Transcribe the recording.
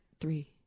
Three